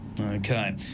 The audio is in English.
Okay